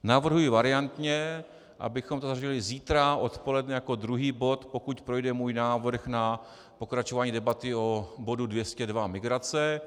Navrhuji variantně, abychom to zařadili zítra odpoledne jako druhý bod, pokud projde můj návrh na pokračování debaty o bodu 202 migrace.